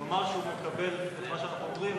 הוא אמר שהוא מקבל את מה שאנחנו אומרים,